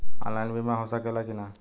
Online बीमा हो सकेला की ना?